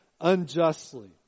unjustly